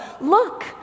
Look